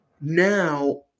Now